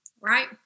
right